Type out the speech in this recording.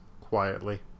quietly